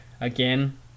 Again